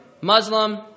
Muslim